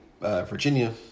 Virginia